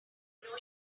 know